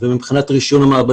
ואני מצטער שאני מדבר